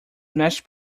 mashed